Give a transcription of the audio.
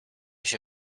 się